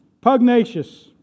pugnacious